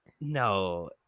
no